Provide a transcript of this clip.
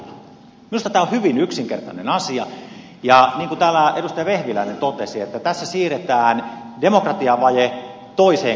minusta tämä on hyvin yksinkertainen asia ja niin kuin täällä edustaja vehviläinen totesi tässä siirretään demokratiavaje toiseen kohtaan